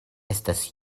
estas